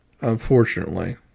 unfortunately